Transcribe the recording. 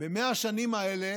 ב-100 השנים האלה